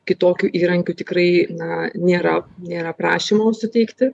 kitokių įrankių tikrai na nėra nėra prašymo suteikti